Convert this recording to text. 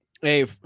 Hey